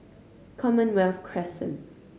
Commonwealth Crescent